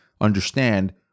understand